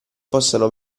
possano